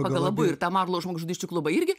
pagal abu ir tą marlou žmogžudysčių klubą irgi